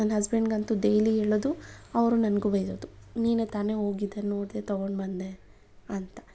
ನನ್ನ ಹಸ್ಬೆಂಡ್ಗಂತು ಡೈಲಿ ಹೇಳೋದು ಅವರು ನನಗೂ ಬೈಯೋದು ನೀನೇ ತಾನೇ ಹೋಗಿದ್ದೆ ನೋಡಿದೆ ತಗೊಂಡು ಬಂದೆ ಅಂತ